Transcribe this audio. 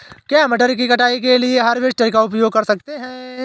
क्या मटर की कटाई के लिए हार्वेस्टर का उपयोग कर सकते हैं?